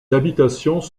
habitations